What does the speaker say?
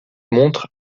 montre